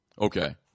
Okay